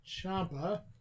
Champa